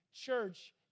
church